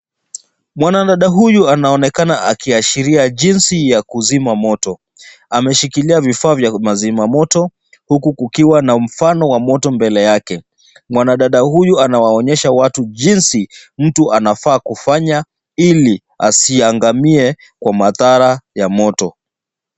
Mwanadada huyu anaonekana akiashiria jinsi ya kuzima moto. Ameshikilia vifaa vya mazima moto huku kikiwa na mfano wa moto mbele yake. Mwanadada huyu anawaonyesha watu jinsi mtu anafaa kufanya ili asiangamie kwa madhara ya moto.